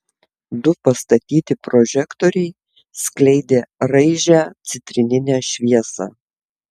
du pastatyti prožektoriai skleidė raižią citrininę šviesą